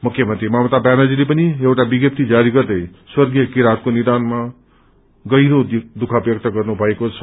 मुख्यमन्त्री ममता ब्यानर्जीले पनि एउटा विज्ञपी जारी गर्दै स्वर्गीय किरातको नियनमा गहिरो दुःख व्यक्त गर्नुभएको छ